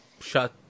shut